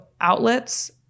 outlets